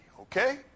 okay